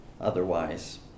Otherwise